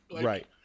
right